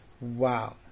Wow